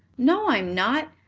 no, i'm not.